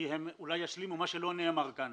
כי הם אולי ישלימו מה שלא נאמר כאן.